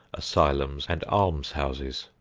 asylums and almshouses.